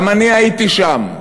גם אני הייתי שם,